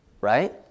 right